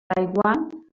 taiwan